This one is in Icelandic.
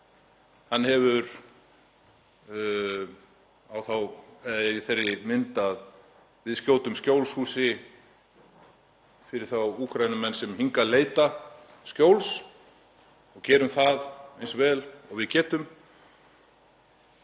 Hann getur verið í þeirri mynd að við skjótum skjólshúsi yfir þá Úkraínumenn sem hingað leita skjóls og gerum það eins vel og við getum.